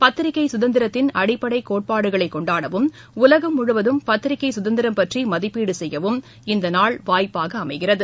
பத்திரிகைசுதந்திரத்தின் அடிப்படைகோட்பாடுகளைகொண்டாடவும் உலகம் முழுவதும் பத்திரிகைசுதந்திரம் பற்றிமதிப்பீடுசெய்யவும் இந்தநாள் வாய்ப்பாகஅமைகிறது